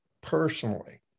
personally